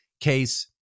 case